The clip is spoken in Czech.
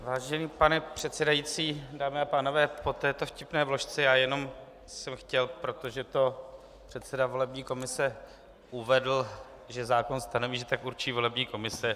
Vážený pane předsedající, dámy a pánové, po této vtipné vložce jsem jenom chtěl, protože předseda volební komise uvedl, že zákon stanoví, že tak určí volební komise.